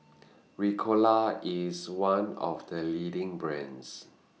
Ricola IS one of The leading brands